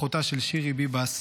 אחותה של שירי ביבס,